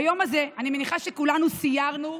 ביום הזה אני מניחה שכולנו סיירנו,